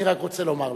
אני רק רוצה לומר לשר,